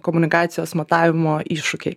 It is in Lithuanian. komunikacijos matavimo iššūkiai